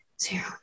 zero